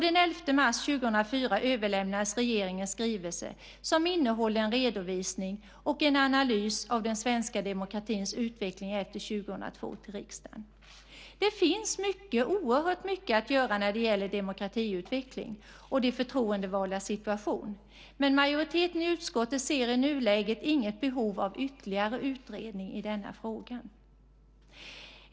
Den 11 mars 2004 överlämnades regeringens skrivelse, som innehåller en redovisning och en analys av den svenska demokratins utveckling efter 2002, till riksdagen. Det finns oerhört mycket att göra när det gäller demokratiutveckling och de förtroendevaldas situation, men majoriteten i utskottet ser i nuläget inget behov av ytterligare utredning i denna fråga.